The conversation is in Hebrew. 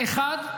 האחד,